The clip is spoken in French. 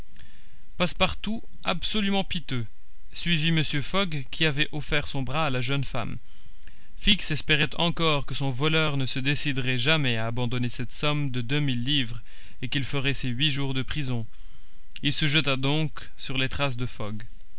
passepartout absolument piteux suivit mr fogg qui avait offert son bras à la jeune femme fix espérait encore que son voleur ne se déciderait jamais à abandonner cette somme de deux mille livres et qu'il ferait ses huit jours de prison il se jeta donc sur les traces de fogg